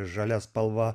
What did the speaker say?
žalia spalva